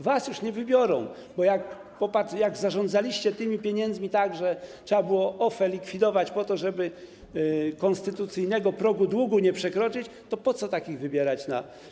Was już nie wybiorą, bo jak zarządzaliście tymi pieniędzmi, tak że trzeba było OFE likwidować po to, żeby konstytucyjnego progu długu nie przekroczyć, to po co takich wybierać na.